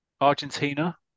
Argentina